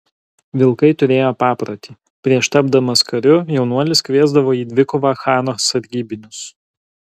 vilkai turėjo paprotį prieš tapdamas kariu jaunuolis kviesdavo į dvikovą chano sargybinius